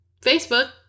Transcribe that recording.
Facebook